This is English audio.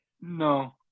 No